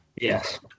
Yes